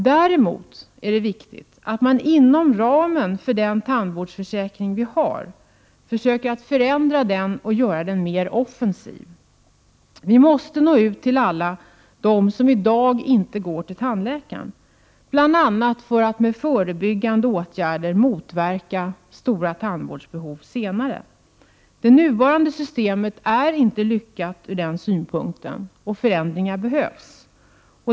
Däremot är det viktigt att man inom ramen för den tandvårdsförsäkring vi har försöker att förändra den och göra den mer offensiv. Vi måste nå ut till alla dem som i dag inte går till tandläkaren, bl.a. för att med förebyggande åtgärder motverka stora tandvårdsbehov senare. Det nuvarande systemet är inte lyckat ur den synpunkten, och förändringar behövs.